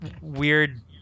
weird